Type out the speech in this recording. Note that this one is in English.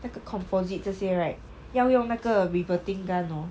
那个 composite 这些 right 要用那个 reverting gun hor